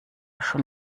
schon